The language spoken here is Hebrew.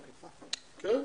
כן,